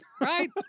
Right